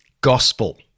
Gospel